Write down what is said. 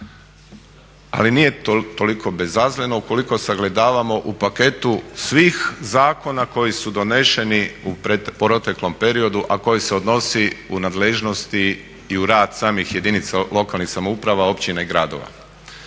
Ali nije toliko bezazleno ukoliko sagledavamo u paketu svih zakona koji su doneseni u proteklom periodu, a koji se odnosi u nadležnosti i u rad samih jedinica lokalnih samouprava, općina i gradova.